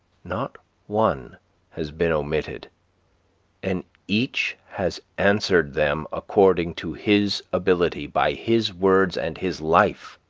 not one has been omitted and each has answered them, according to his ability, by his words and his life.